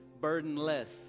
burdenless